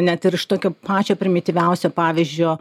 net ir iš tokio pačio primityviausio pavyzdžio